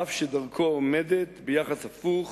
אף שדרכו עומדת ביחס הפוך